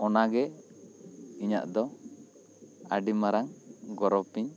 ᱚᱱᱟ ᱜᱮ ᱤᱧᱟᱹᱜ ᱫᱚ ᱟᱹᱰᱤ ᱢᱟᱨᱟᱝ ᱜᱚᱨᱚᱵᱽ ᱤᱧ